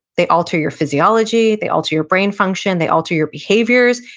they alter your physiology, they alter your brain function, they alter your behaviors,